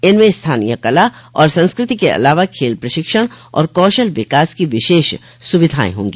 इनमें स्थानीय कला और संस्कृति के अलावा खेल प्रशिक्षण और कौशल विकास की विशेष सुविधाएं होंगी